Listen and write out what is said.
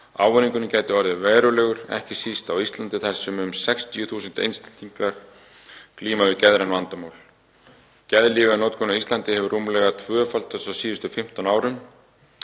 Ávinningurinn gæti orðið verulegur, ekki síst á Íslandi þar sem um 60.000 einstaklingar glíma við geðræn vandamál. Geðlyfjanotkun á Íslandi hefur rúmlega tvöfaldast á síðustu 15 árum.